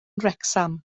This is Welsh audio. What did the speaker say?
wrecsam